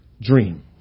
dream